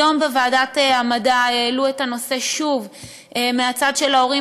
היום בוועדת המדע העלו את הנושא שוב מהצד של ההורים,